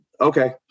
Okay